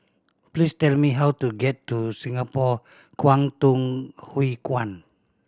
please tell me how to get to Singapore Kwangtung Hui Kuan